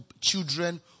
children